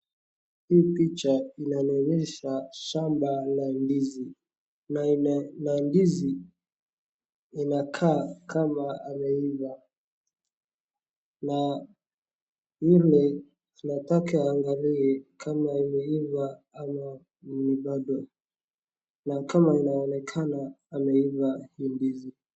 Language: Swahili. Hii picha inanionyesha shamba la ndizi, na ndizi inakaa kama imeiva. Na yule anataka aangalie kama imeiva ama bado, ni kama inaonekana imeiva hii ndizi.